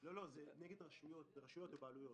לא, זה נגד רשויות ובעלויות.